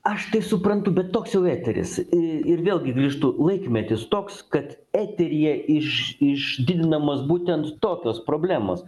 aš tai suprantu bet toks jau eteris i ir vėlgi grįžtu laikmetis toks kad eteryje iš išdidinamos būtent tokios problemos